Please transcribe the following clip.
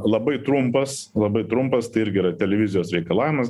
labai trumpas labai trumpas tai ir gera televizijos reikalavimus